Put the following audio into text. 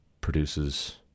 produces